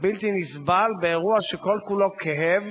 בלתי נסבל באירוע שכל כולו כאב